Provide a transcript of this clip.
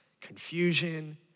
confusion